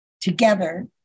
together